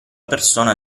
persona